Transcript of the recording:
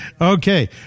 Okay